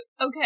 Okay